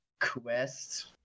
quest